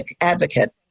advocate